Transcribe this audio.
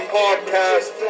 podcast